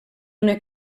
una